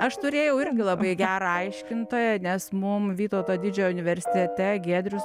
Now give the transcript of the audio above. aš turėjau irgi labai gerą aiškintoją nes mum vytauto didžiojo universitete giedrius